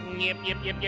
yep, yep, yep, yeah